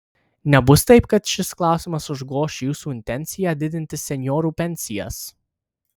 nebus taip kad šis klausimas užgoš jūsų intenciją didinti senjorų pensijas